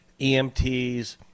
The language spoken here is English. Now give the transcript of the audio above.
EMTs